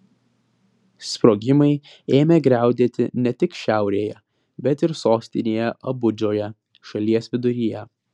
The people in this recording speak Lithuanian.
sprogimai ėmė griaudėti ne tik šiaurėje bet ir sostinėje abudžoje šalies viduryje